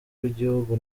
w’igihugu